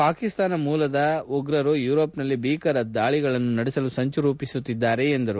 ಪಾಕಿಸ್ತಾನ ಮೂಲದ ಉಗ್ರರು ಯೂರೋಪ್ನಲ್ಲಿ ಭೀಕರ ದಾಳಿಗಳನ್ನು ನಡೆಸಲು ಸಂಚು ರೂಪಿಸುತ್ತಿದ್ದಾರೆ ಎಂದರು